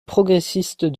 progressiste